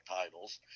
titles